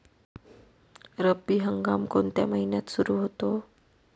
रब्बी हंगाम कोणत्या महिन्यात सुरु होतो?